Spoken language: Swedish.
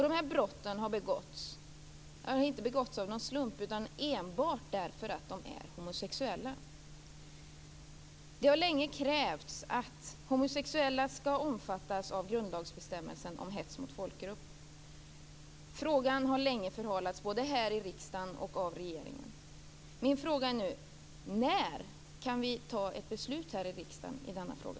De här brotten har inte begåtts av en slump utan enbart därför att det handlar om homosexuella. Det har länge krävts att homosexuella skall omfattas av grundlagsbestämmelsen om hets mot folkgrupp. Frågan har länge förhalats både här i riksdagen och i regeringen. Min fråga är: När kan vi fatta ett beslut i riksdagen i denna fråga?